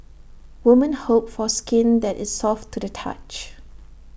women hope for skin that is soft to the touch